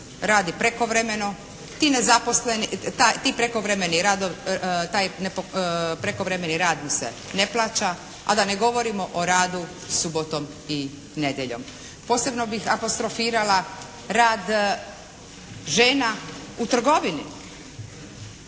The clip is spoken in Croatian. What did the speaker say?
Radi prekovremeno. Taj prekovremeni rad mu se ne plaća, a da ne govorimo o radu subotom i nedjeljom. Posebno bih apostrofirala rad žena u trgovini.